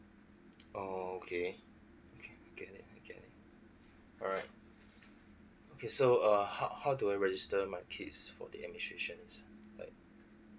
oh okay okay okay then okay then alright okay so err how how do I register my kids for the administration like